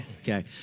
Okay